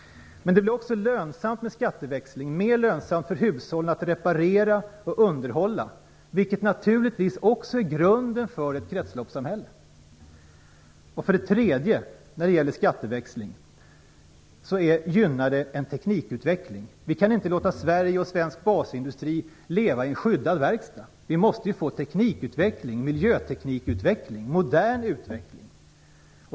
Med skatteväxling blir det också mer lönsamt för hushållen att reparera och underhålla, vilket naturligtvis också är grunden för ett kretsloppssamhälle. Skatteväxling gynnar också teknikutvecklingen. Vi kan inte låta Sverige och svensk basindustri leva i en skyddad verkstad. Vi måste få miljöteknikutveckling - modern utveckling.